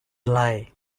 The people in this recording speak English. lie